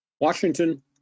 Washington